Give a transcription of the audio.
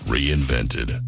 Reinvented